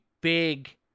big